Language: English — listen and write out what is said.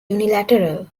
unilateral